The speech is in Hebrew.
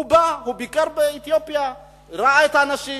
הוא בא, הוא ביקר באתיופיה, ראה את האנשים.